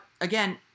again